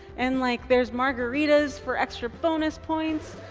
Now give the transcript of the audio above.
and like there's margaritas for extra bonus points,